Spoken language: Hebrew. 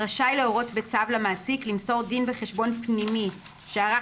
רשאי להורות בצו למעסיק למסור דין וחשבון פנימי שערך